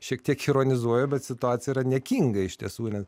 šiek tiek ironizuoju bet situacija yra niekinga iš tiesų net